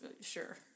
Sure